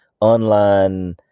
online